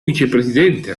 vicepresidente